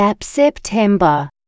September